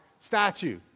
statue